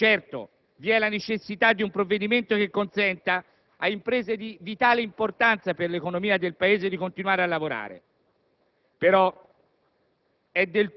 Certo, vi è la necessità di un provvedimento che consenta ad imprese di tale importanza per l'economia del Paese di continuare a lavorare, però